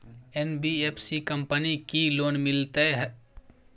NBFC company की loan मिलते है?